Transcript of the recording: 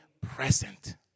present